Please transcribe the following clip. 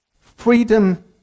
freedom